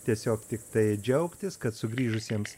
tiesiog tiktai džiaugtis kad sugrįžusiems